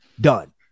Done